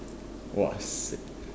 !wahseh!